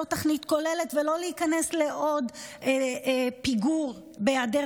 לעשות תוכנית כוללת ולא להיכנס לעוד פיגור בהיעדר